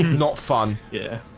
not fun. yeah.